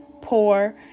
poor